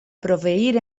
proveir